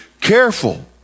careful